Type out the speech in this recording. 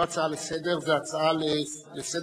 זו לא הצעה לסדר, זו הצעה לסדר-היום.